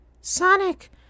Sonic